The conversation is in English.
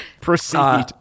Proceed